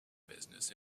business